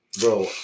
bro